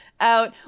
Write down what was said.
Out